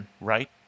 right